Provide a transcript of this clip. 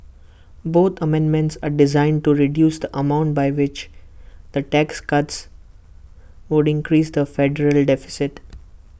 both amendments are designed to reduce the amount by which the tax cuts would increase the federal deficit